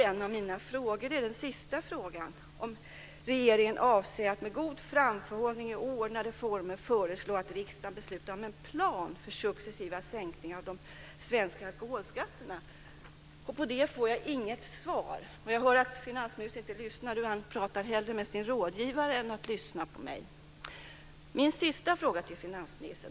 En av mina frågor var om regeringen avser att med god framförhållning och i ordnade former föreslå att riksdagen beslutar om en plan för successiva sänkningar av de svenska alkoholskatterna. På det får jag inget svar. Jag ser att finansministern inte lyssnar, utan han pratar hellre med sin rådgivare än lyssnar på mig.